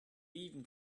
even